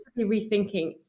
rethinking